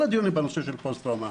כל הדיונים בנושא של פוסט טראומה,